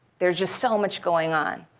there's just so much going on.